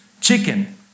chicken